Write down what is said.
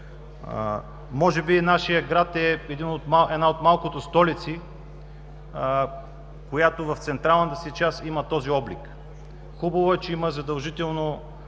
Може би нашият град е една от малкото столици, която в централната си част има този облик. Хубаво е, че има задължително